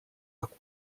akku